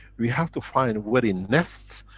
we have to find where it nests.